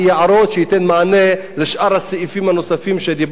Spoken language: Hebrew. שייתן מענה לשאר הסעיפים הנוספים שדיברנו עליהם,